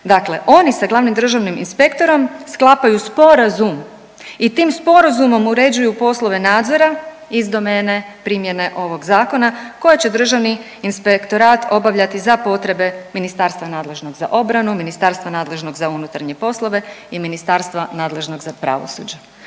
dakle oni sa glavnim državnim inspektorom sklapaju sporazum i tim sporazumom uređuju poslove nadzora iz domene primjene ovog zakona koje će državni inspektorat obavljati za potrebe ministarstva nadležnog za obranu, ministarstva nadležnog za unutarnje poslove i ministarstva nadležnog za pravosuđe.